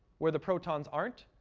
where the protons aren't,